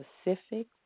specific